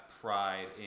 pride